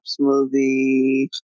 smoothie